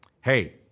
Hey